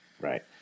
Right